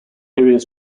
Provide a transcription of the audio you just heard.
areas